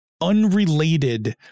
unrelated